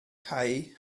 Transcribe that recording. cau